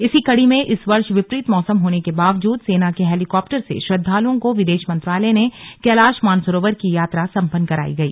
इसी कड़ी में इस वर्ष विपरीत मौसम होने के बावजूद सेना के हेलीकाप्टर से श्रद्वालुओं को विदेश मंत्रालय ने कैलाश मानरोवर की यात्रा संपन्न कराई गई